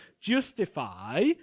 justify